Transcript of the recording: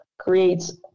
creates